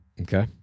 Okay